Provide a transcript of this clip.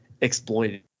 exploited